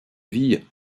vie